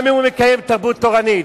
גם אם הוא מקיים תרבות תורנית.